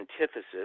antithesis